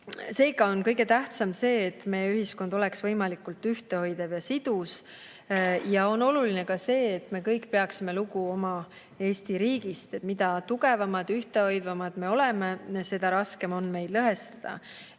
Seega on kõige tähtsam see, et meie ühiskond oleks võimalikult ühtehoidev ja sidus. Ja oluline on ka see, et me kõik peaksime lugu oma Eesti riigist. Mida tugevamad ja ühtehoidvamad me oleme, seda raskem on meid lõhestada.